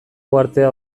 uhartea